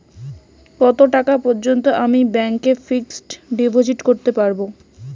কত টাকা পর্যন্ত আমি ব্যাংক এ ফিক্সড ডিপোজিট করতে পারবো?